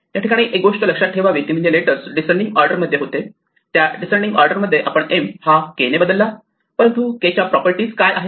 या ठिकाणी एक गोष्ट लक्षात ठेवावी ती म्हणजे लेटर्स डीसेंडिंग ऑर्डर मध्ये होते त्या डीसेंडिंग ऑर्डर मध्ये आपण M हा K ने बदलला परंतु K च्या प्रॉपर्टी काय आहे